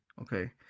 Okay